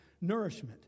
nourishment